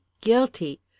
guilty